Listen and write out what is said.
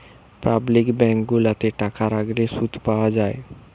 public bank গুলাতে টাকা রাখলে শুধ পাওয়া যায়